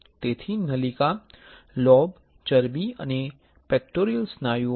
તેથી નલિકા લોબ ચરબી અને પેક્ટોરલ સ્નાયુઓ